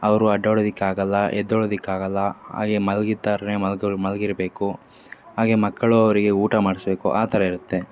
ಅವರು ಅಡ್ಡಾಡೋದಿಕ್ಕೆ ಆಗೋಲ್ಲ ಎದ್ದೋಳೋದಿಕ್ಕೆ ಆಗೋಲ್ಲ ಹಾಗೇ ಮಲ್ಗಿದ ಥರನೇ ಮಲಗೋ ಮಲಗಿರ್ಬೇಕು ಹಾಗೆ ಮಕ್ಕಳು ಅವರಿಗೆ ಊಟ ಮಾಡಿಸ್ಬೇಕು ಆ ಥರ ಇರುತ್ತೆ